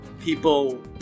people